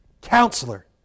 Counselor